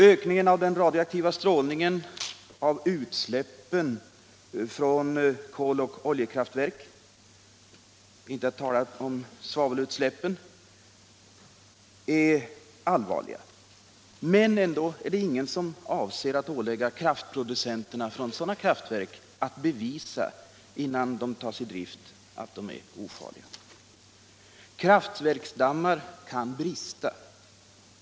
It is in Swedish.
Ökningen av den radioaktiva strålningen genom utsläppen från koloch oljekraftverk, för att inte tala om svavelutsläppen, är allvarliga. Men ändå är det ingen som avser att ålägga dessa kraftproducenter att bevisa att sådana kraftverk är ofarliga innan de tas i drift. Kraftverksdammar kan brista.